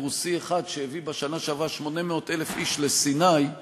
רוסי אחד שהביא בשנה שעברה 800,000 איש לסיני,